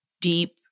deep